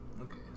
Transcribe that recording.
Okay